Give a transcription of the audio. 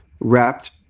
wrapped